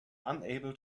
unable